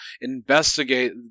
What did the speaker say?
investigate